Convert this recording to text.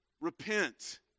Repent